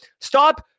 Stop